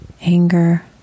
anger